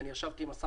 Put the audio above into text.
כי אני ישבתי עם השר,